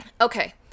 okay